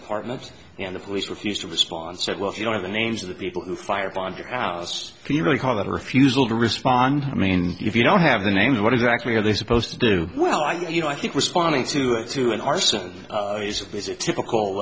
apartments and the police refused to respond said well if you don't have the names of the people who fired on your house can you really call that a refusal to respond i mean if you don't have the names what exactly are they supposed to do well i you know i think responding to it to an arson is it typical